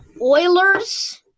Oilers